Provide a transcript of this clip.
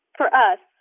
for us,